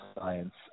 science